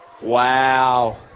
Wow